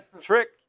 trick